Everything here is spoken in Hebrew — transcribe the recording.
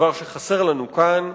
דבר שחסר לנו כאן,